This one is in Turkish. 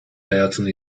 hayatını